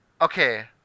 Okay